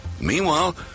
Meanwhile